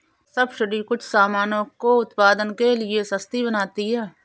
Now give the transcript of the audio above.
subsidy कुछ सामानों को उत्पादन के लिए सस्ती बनाती है